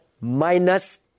minus